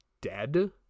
dead